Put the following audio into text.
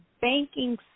banking